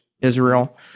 Israel